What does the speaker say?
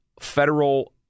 federal